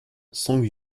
song